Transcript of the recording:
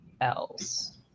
else